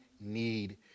need